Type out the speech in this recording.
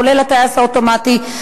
כולל "הטייס האוטומטי".